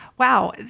Wow